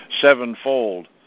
sevenfold